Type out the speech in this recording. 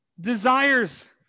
desires